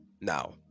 now